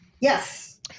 Yes